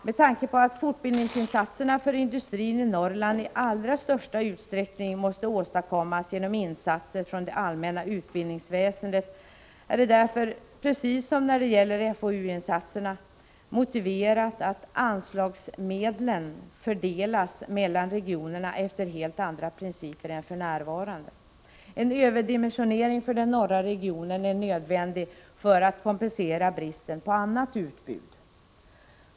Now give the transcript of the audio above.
Med tanke på att fortbildningsinsatserna för industrin i Norrland i allra största utsträckning måste åstadkommas genom insatser från det allmänna utbildningsväsendet är det därför, precis som när det gäller FoU-insatserna, motiverat att anslagsmedlen fördelas mellan regionerna efter helt andra principer än för närvarande. En överdimensionering för den norra regionen är nödvändig för att bristen på annat utbud skall kompenseras.